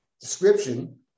description